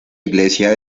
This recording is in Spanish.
iglesia